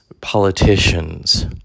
politicians